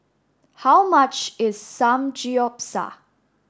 how much is Samgyeopsal